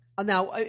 Now